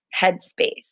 headspace